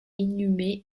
inhumé